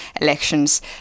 elections